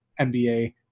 NBA